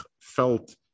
felt